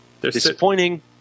Disappointing